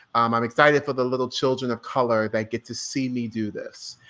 um i'm excited for the little children of color that get to see me do this.